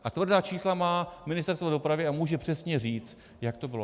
A tvrdá čísla má Ministerstvo dopravy a může přesně říct, jak to bylo.